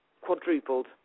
quadrupled